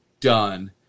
done